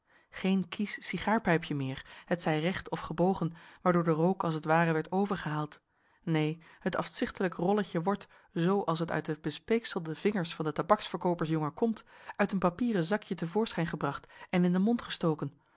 geen kiesch sigaarpijpje meer hetzij recht of gebogen waardoor de rook als t ware werd overgehaald neen het afzichtelijk rolletje wordt zoo als het uit de besp kselde vingers van den tabaksverkoopersjongen komt uit een papieren zakje te voorschijn gebracht en in den mond gestoken